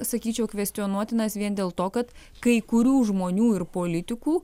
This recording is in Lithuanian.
sakyčiau kvestionuotinas vien dėl to kad kai kurių žmonių ir politikų